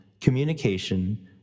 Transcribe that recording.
communication